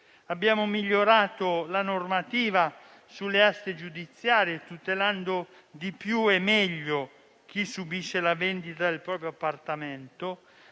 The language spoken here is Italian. Abbiamo migliorato la normativa sulle aste giudiziarie, tutelando di più e meglio chi subisce la vendita del proprio appartamento,